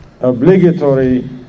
obligatory